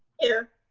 here,